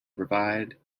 provide